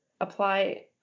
apply